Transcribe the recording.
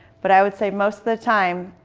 but i would say most of the time